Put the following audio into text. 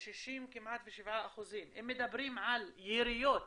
כמעט 67%. אם מדברים על יריות,